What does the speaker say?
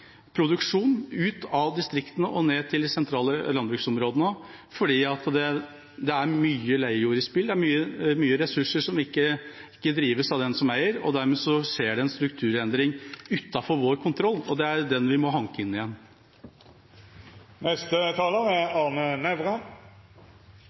produksjon ut av distriktene og ned til de sentrale landbruksområdene, fordi det er mye leiejord i spill, det er mange ressurser som ikke drives av dem som eier. Dermed skjer det en strukturendring utenfor vår kontroll, og det er den vi må hanke inn igjen. Det er